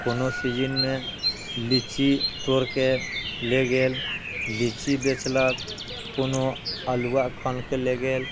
कोनो सीजनमे लीची तोड़िके ले गेल लीची बेचलक कोनो अलुआ खनिके ले गेल